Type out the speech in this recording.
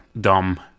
dumb